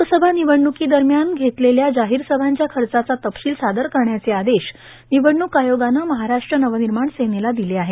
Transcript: लोकसभा निवडणुकांदरम्यान घेतलेल्या जाहार सभांच्या खचाचा तपशील सादर करण्याचे आदेश निवडणूक आयोगानं महाराष्ट्र नर्वानमाण सेनेला दिले आहेत